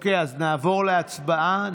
אוקיי, אז נעבור להצבעה.